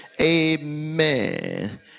Amen